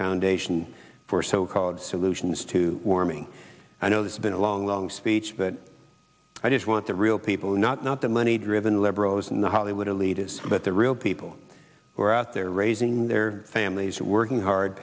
foundation for so called solutions to warming i know this been a long long speech but i just want the real people not not the money driven liberals and the hollywood elitists but the real people who are out there raising their families and working hard